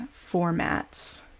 formats